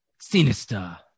sinister